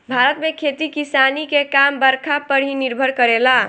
भारत में खेती किसानी के काम बरखा पर ही निर्भर करेला